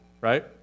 right